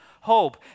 hope